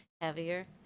heavier